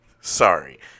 Sorry